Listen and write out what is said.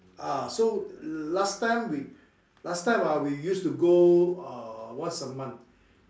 ah so last time we last time ah we used to go uh once a month